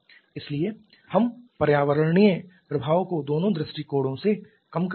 इसलिए हम पर्यावरणीय प्रभाव को दोनों दृष्टिकोणों से कम कर रहे हैं